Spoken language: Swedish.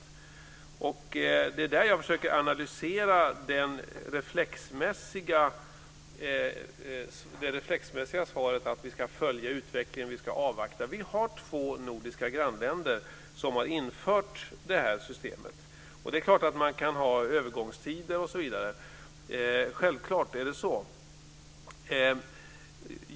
Det är där som jag försöker analysera det reflexmässiga svaret att vi ska följa utvecklingen och att vi ska avvakta. Vi har två nordiska grannländer som har infört detta system. Och det är klart att man kan ha övergångstider osv. Självklart är det så.